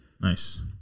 Nice